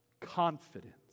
Confidence